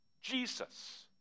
Jesus